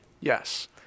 Yes